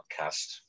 podcast